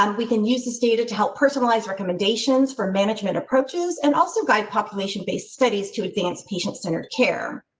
um we can use this data to help personalize recommendations for management approaches and also also guide population based studies to advanced patient centered care.